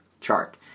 chart